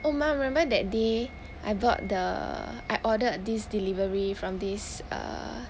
oh 妈 remember that day I bought the I ordered this delivery from this err